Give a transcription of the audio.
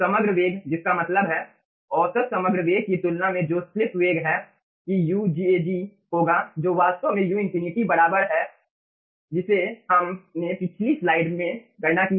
समग्र वेग जिसका मतलब है औसत समग्र वेग की तुलना में जो स्लिप वेग है कि ujg होगा जो वास्तव में u∞ बराबर है जिसे हमने पिछली स्लाइड में गणना की है